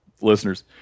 listeners